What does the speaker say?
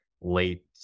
late